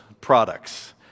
products